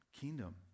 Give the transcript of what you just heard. kingdom